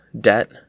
debt